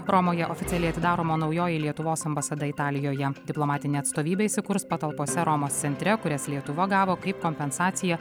romoje oficialiai atidaroma naujoji lietuvos ambasada italijoje diplomatinė atstovybė įsikurs patalpose romos centre kurias lietuva gavo kaip kompensaciją